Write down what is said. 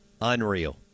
unreal